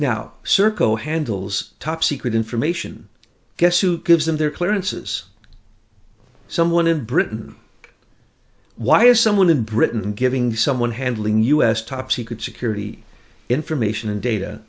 serco handles top secret information guess who gives them their clearances someone in britain why is someone in britain giving someone handling us top secret security information and data